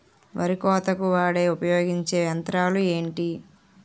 వరి కోతకు వాడే ఉపయోగించే యంత్రాలు ఏంటి?